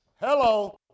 Hello